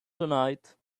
tonight